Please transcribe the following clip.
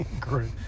great